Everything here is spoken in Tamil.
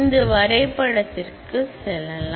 இந்த வரைபடத்திற்கு செல்லலாம்